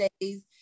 days